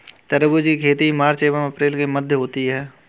तरबूज की खेती मार्च एंव अप्रैल के मध्य होती है